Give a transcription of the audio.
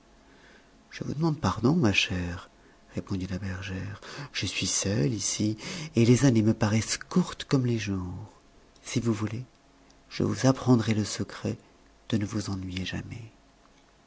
je vous demande pardon ma chère répondit la bergère je suis seule ici et les années me paraissent courtes comme les jours si vous voulez je vous apprendrai le secret de ne vous ennuyer jamais